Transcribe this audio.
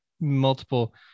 multiple